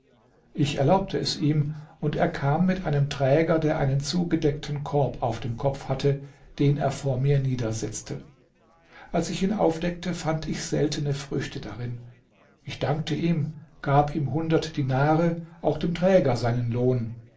ich erlaubte es ihm und er kam mit einem träger der einen zugedeckten korb auf dem kopf hatte den er vor mir niedersetzte als ich ihn aufdeckte fand ich seltene früchte darin ich dankte ihm gab ihm hundert dinare auch dem träger seinen lohn